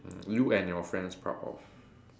you and your friends proud of